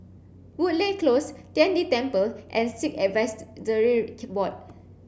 Woodleigh Close Tian De Temple and Sikh Board